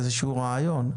איזשהו רעיון,